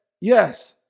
Yes